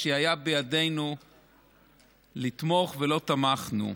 כשהיה בידינו לתמוך לא תמכנו.